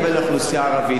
יש ממש ערוץ שלם,